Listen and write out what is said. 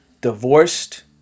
divorced